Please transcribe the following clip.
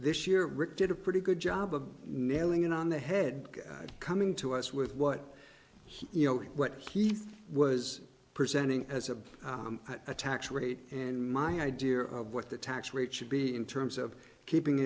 this year rick did a pretty good job of nailing it on the head coming to us with what he you know what he was presenting as a tax rate and my idea of what the tax rate should be in terms of keeping